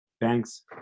Thanks